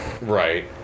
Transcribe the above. right